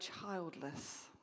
childless